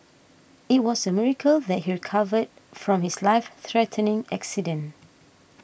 it was a miracle that he recovered from his life threatening accident